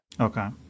Okay